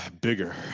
bigger